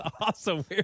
awesome